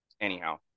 Anyhow